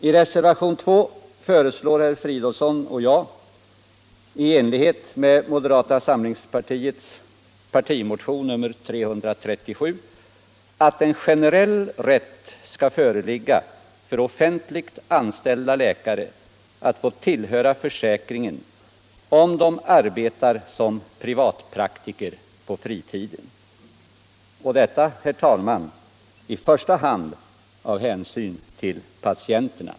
I reservationen 2 föreslår herr Fridolfsson och jag, i enlighet med moderata samlingspartiets partimotion 337, att en generell rätt skall föreligga för offentligt anställda läkare att tillhöra försäkringen, om de arbetar som privatpraktiker på fritiden, och detta, herr talman, i första hand av hänsyn till patienterna.